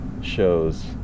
shows